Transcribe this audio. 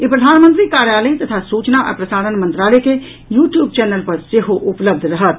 ई प्रधानमंत्री कार्यालय तथा सूचना आ प्रसारण मंत्रालय के यू ट्यूब चैनल पर सेहो उपलब्ध रहत